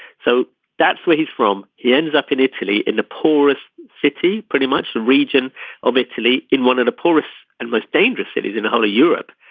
so that's where he's from. he ends up in italy in the poorest city pretty much the region of italy in one of the poorest and most dangerous cities in the whole of europe.